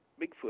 Bigfoot